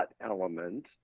element